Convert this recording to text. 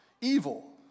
evil